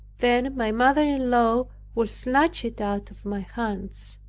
then my mother-in-law would snatch it out of my hands.